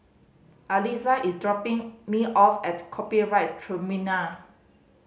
Aliza is dropping me off at Copyright Tribunal